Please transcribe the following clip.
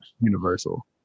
Universal